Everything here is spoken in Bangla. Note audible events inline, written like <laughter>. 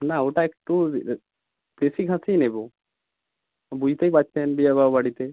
না ওটা একটু দেশি খাসিই নেব বুঝতেই পারছেন <unintelligible> বাড়িতে